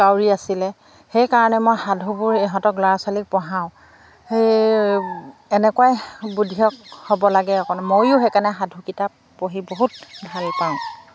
কাউৰী আছিলে সেইকাৰণে মই সাধুবোৰ ইহঁতক ল'ৰা ছোৱালীক পঢ়াওঁ সেই এনেকুৱাই বুদ্ধিয়ক হ'ব লাগে অকণ ময়ো সেইকাৰণে সাধু কিতাপ পঢ়ি বহুত ভাল পাওঁ